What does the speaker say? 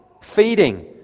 feeding